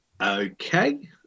Okay